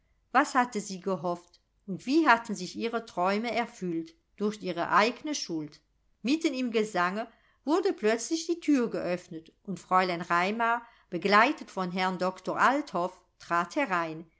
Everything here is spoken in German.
was hatte sie gehofft und wie hatten sich ihre träume erfüllt durch ihre eigne schuld mitten im gesange wurde plötzlich die thür geöffnet und fräulein raimar begleitet von herrn doktor althoff trat herein